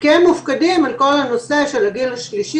כי הם מופקדים על כל הנושא של הגיל השלישי,